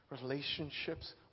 relationships